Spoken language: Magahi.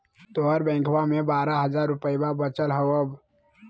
तोहर बैंकवा मे बारह हज़ार रूपयवा वचल हवब